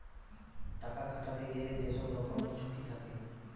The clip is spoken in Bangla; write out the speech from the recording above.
টাকা খাটাতে গেলে যে সব রকমের ঝুঁকি থাকে